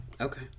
Okay